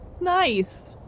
Nice